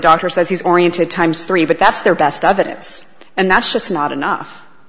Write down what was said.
doctor says he's oriented times three but that's their best evidence and that's just not enough